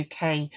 UK